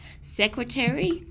secretary